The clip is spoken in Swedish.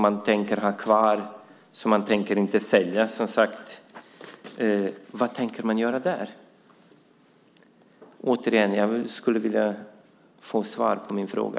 Vad tänker man göra med dem som man tänker ha kvar, som man inte tänker sälja? Återigen skulle jag vilja få svar på min fråga.